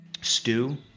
stew